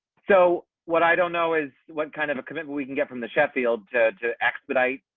so what i don't know is, what kind of content, we can get from the sheffield to expedite